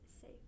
safe